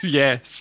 yes